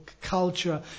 culture